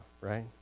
right